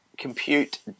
compute